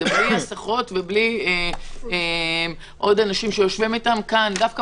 בלי הסחות ובלי עוד אנשים שיושבים איתם כאן דווקא